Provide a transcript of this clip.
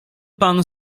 pan